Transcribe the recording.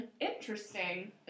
Interesting